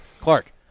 Clark